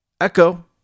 Echo